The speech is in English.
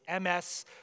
MS